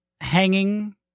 hanging